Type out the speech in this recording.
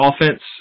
offense